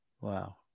Wow